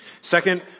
Second